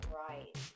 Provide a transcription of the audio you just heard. right